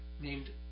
named